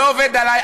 לא עובד עלי,